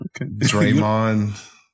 Draymond